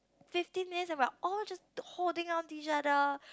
fifteen minutes and we are all just holding onto each other